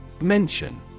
Mention